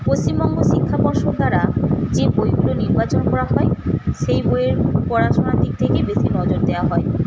পশ্চিমবঙ্গ শিক্ষা পর্ষদ দ্বারা যে বইগুলো নির্বাচন করা হয় সেই বইয়ের পড়াশোনার দিক থেকে বেশি নজর দেওয়া হয়